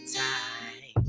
time